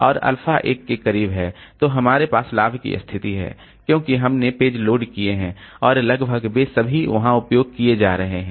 और अल्फा एक के करीब है तो हमारे पास लाभ की स्थिति है क्योंकि हमने पेज लोड किए हैं और लगभग वे सभी वहां उपयोग किए जा रहे हैं